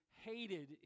hated